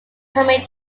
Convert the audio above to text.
permit